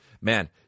Man